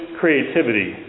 creativity